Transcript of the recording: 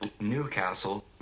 Newcastle